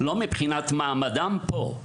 לא מבחינת מעמדם פה;